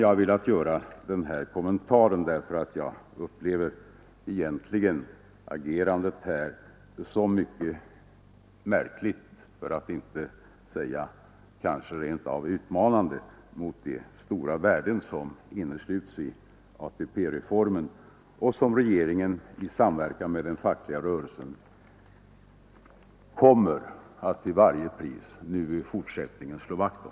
Jag har velat göra den här kommentaren därför att jag egentligen upplever agerandet här från moderaterna som mycket märkligt för att inte säga rent av utmanande mot de stora värden som innesluts i ATP-reformen och som regeringen i samverkan med den fackliga rörelsen kommer att i fortsättningen liksom hittills till varje pris slå vakt om.